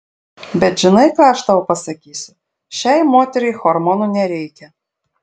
bet žinai ką aš tau pasakysiu šiai moteriai hormonų nereikia